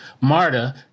MARTA